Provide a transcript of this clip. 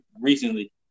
recently